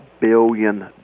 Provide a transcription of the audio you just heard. billion